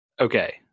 okay